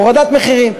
הורדת מחירים.